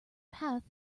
path